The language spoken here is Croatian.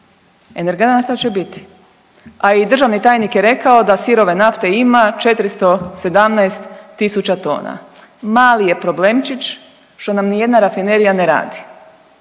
Energenata će biti, a i državni tajnik je rekao da sirove nafte ima 417000 tona. Mali je problemčić što nam niti jedna rafinerija ne radi,